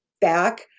back